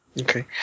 Okay